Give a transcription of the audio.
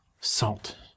salt